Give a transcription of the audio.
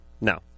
No